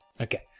Okay